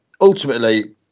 Ultimately